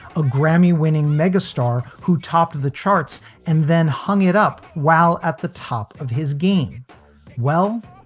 a grammy winning mega star who topped the charts and then hung it up while at the top of his game well,